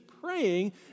praying